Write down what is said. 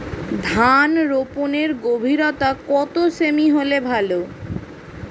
ধান রোপনের গভীরতা কত সেমি হলে ভালো?